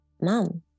Mom